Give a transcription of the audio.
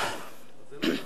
(חבר הכנסת מיכאל בן-ארי יוצא מאולם המליאה.) זה לא חדש.